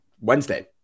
Wednesday